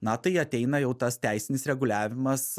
na tai ateina jau tas teisinis reguliavimas